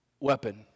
weapon